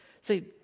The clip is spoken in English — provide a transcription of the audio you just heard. See